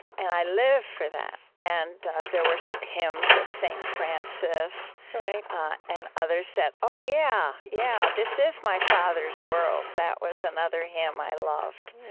and i lived for that. and there were hymns of st. francis and others that oh, yeah. yeah, this is my father's world. that was another hymn i loved